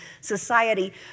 society